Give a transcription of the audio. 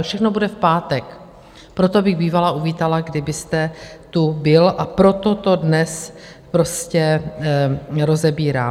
To všechno bude v pátek, proto bych bývala uvítala, kdybyste tu byl, a proto to dnes prostě rozebírám.